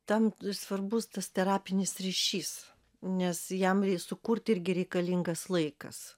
tam svarbus tas terapinis ryšys nes jam sukurti irgi reikalingas laikas